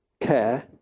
care